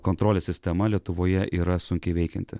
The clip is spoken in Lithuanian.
kontrolės sistema lietuvoje yra sunkiai veikianti